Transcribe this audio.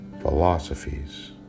philosophies